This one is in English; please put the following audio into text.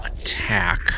attack